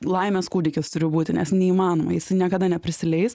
laimės kūdikis turi būti nes neįmanoma jisai niekada neprisileis